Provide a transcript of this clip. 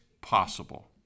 possible